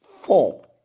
four